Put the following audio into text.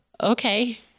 Okay